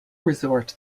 resort